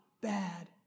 bad